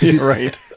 right